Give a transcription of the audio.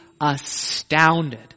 astounded